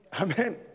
Amen